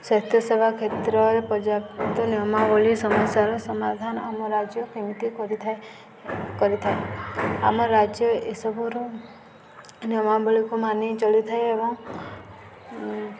ସ୍ୱାସ୍ଥ୍ୟସେବା କ୍ଷେତ୍ରରେ ପର୍ଯ୍ୟାପ୍ତ ନିୟମାବଳୀ ସମସ୍ୟାର ସମାଧାନ ଆମ ରାଜ୍ୟ କେମିତି କରିଥାଏ କରିଥାଏ ଆମ ରାଜ୍ୟ ଏସବୁରୁ ନିୟମାବଳୀକୁ ମାନି ଚଳିଥାଏ ଏବଂ